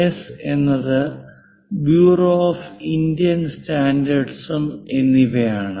S എന്നത് bureau of Indian standards എന്നിവയാണ്